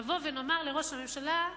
נבוא ונאמר לראש הממשלה,